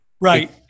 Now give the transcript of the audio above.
Right